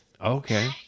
Okay